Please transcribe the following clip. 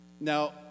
now